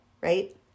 right